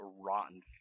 rotten